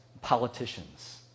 politicians